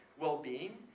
well-being